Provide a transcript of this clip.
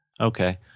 Okay